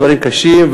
דברים קשים,